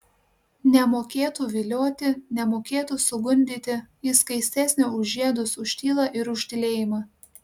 nemokėtų vilioti nemokėtų sugundyti ji skaistesnė už žiedus už tylą ir už tylėjimą